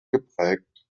geprägt